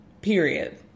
Period